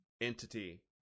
entity